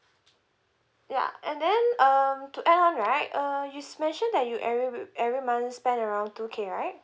ya and then um to add on right uh you mentioned that you ever~ every month spend around two K right